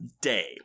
day